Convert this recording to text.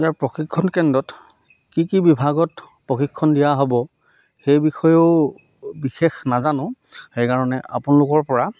ইয়াৰ প্ৰশিক্ষণ কেন্দ্ৰত কি কি বিভাগত প্ৰশিক্ষণ দিয়া হ'ব সেই বিষয়েও বিশেষ নাজানো সেইকাৰণে আপোনালোকৰ পৰা